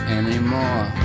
anymore